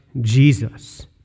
Jesus